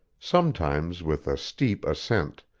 sometimes with a steep ascent,